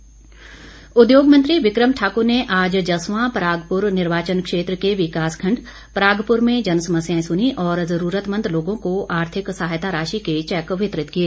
become Thakur उद्योग मंत्री बिकम ठाकुर ने आज जस्वां परागपुर निर्वाचन क्षेत्र के विकासखंड परागपुर में जनसमस्याएं सुनी और जरूरतमंद लोगों को आर्थिक सहायता राशि के चैक वितरित किए